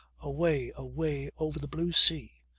away, away over the blue sea,